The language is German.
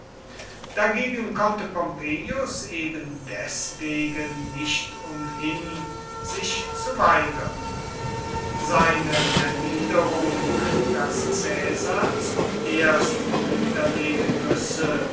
dagegen konnte pompeius eben deswegen nicht umhin sich zu weigern seine erwiderung daß caesar zuerst niederlegen müsse